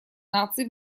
наций